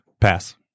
Pass